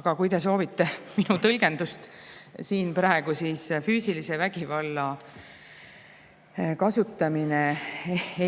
Aga kui te soovite minu tõlgendust siin praegu, siis füüsilise vägivalla kasutamine